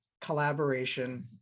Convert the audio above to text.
collaboration